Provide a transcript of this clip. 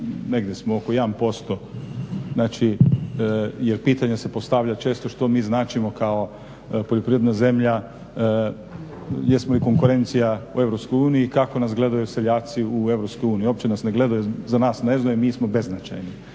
negdje smo oko 1% znači je pitanje se postavlja često što mi značimo kao poljoprivredna zemlja, jesmo li konkurencija u EU, kako nas gledaju seljaci u EU uopće nas ne gledaju, za nas ne znaju, mi smo beznačajni.